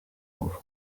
ngufu